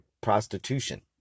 prostitution